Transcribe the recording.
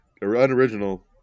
unoriginal